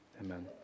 Amen